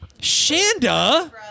Shanda